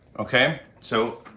okay? so,